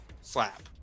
slap